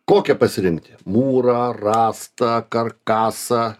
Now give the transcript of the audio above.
kokią pasirinkti mūrą rąstą karkasą